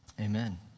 Amen